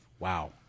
wow